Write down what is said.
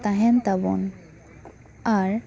ᱛᱟᱦᱮᱸᱱ ᱛᱟᱵᱚᱱ ᱟᱨ